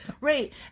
Right